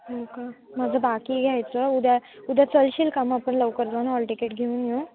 हो का माझं बाकी घ्यायचं उद्या उद्या चलशील का मग आपण लवकर जाऊन हॉल टिकीट घेऊन येऊ